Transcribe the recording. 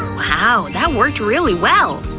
wow, that worked really well!